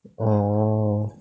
orh